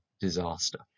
disaster